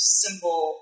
symbol